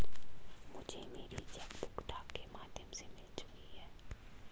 मुझे मेरी cheque book डाक के माध्यम से मिल चुकी है